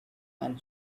and